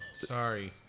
sorry